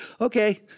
Okay